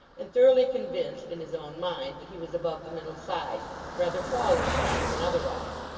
and thoroughly convinced in his own mind that he was above the middle size rather tall, in fact, than otherwise.